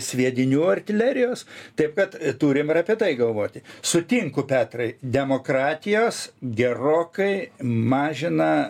sviedinių artilerijos taip kad turim ir apie tai galvoti sutinku petrai demokratijos gerokai mažina